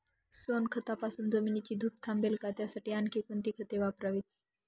सोनखतापासून जमिनीची धूप थांबेल का? त्यासाठी आणखी कोणती खते वापरावीत?